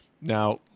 Now